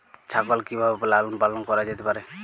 ছাগল কি ভাবে লালন পালন করা যেতে পারে?